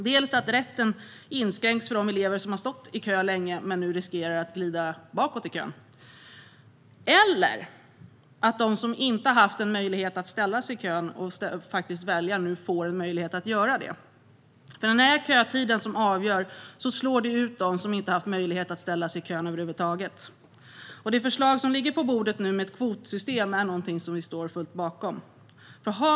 Det ena är att rätten inskränks för de elever som har stått i kö länge men nu riskerar att glida bakåt i kön. Det andra perspektivet är att de som inte haft möjlighet att ställa sig i kö och välja nu får möjlighet att göra det. När det är kötiden som avgör slår det ut dem som inte haft möjlighet att ställa sig i kö över huvud taget. Det förslag med ett kvotsystem som nu ligger på bordet är någonting vi står bakom.